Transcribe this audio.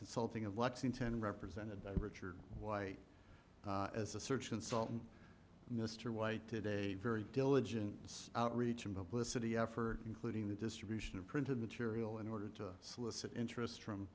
consulting of lexington represented by richard white as a search and sultan mr white today very diligent outreach and publish city effort including the distribution of printed material in order to solicit interest from